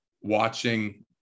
watching